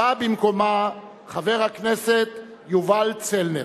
בא במקומה חבר הכנסת יובל צלנר.